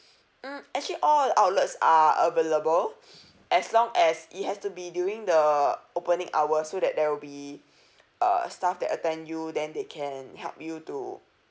mm actually all our outlets are available as long as it has to be during the opening hour so that there will be uh staff that attend you then they can help you to